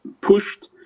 pushed